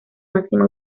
máxima